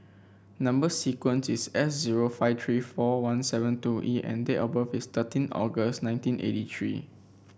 number sequence is S zero five three four one seven two E and date of birth is thirteen August nineteen eighty three